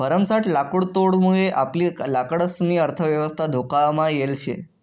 भरमसाठ लाकुडतोडमुये आपली लाकडंसनी अर्थयवस्था धोकामा येल शे